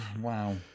Wow